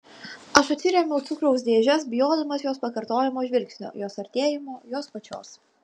aš atsirėmiau cukraus dėžės bijodamas jos pakartojamo žvilgsnio jos artėjimo jos pačios